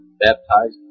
baptized